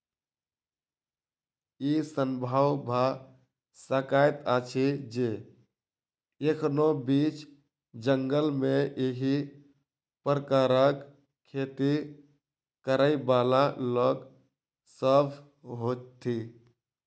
ई संभव भ सकैत अछि जे एखनो बीच जंगल मे एहि प्रकारक खेती करयबाला लोक सभ होथि